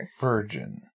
virgin